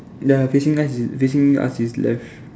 ya facing facing us is left